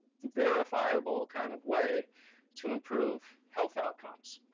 verifiable kind of way to improve health outcomes?